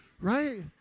Right